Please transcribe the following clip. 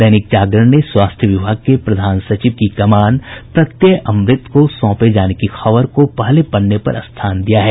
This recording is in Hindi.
दैनिक जागरण ने स्वास्थ्य विभाग के प्रधान सचिव की कमान प्रत्यय अमृत को सौंपे जाने की खबर को पहले पन्ने पर स्थान दिया है